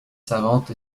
savantes